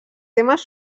temes